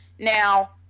Now